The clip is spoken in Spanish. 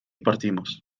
partimos